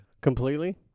Completely